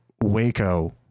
Waco